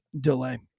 delay